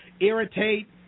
irritate